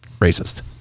racist